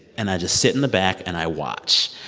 and i just sit in the back, and i watch.